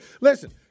Listen